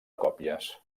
còpies